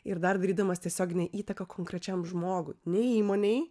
ir dar darydamas tiesioginę įtaką konkrečiam žmogui ne įmonei